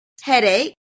headache